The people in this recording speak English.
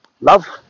love